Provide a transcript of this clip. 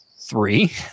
three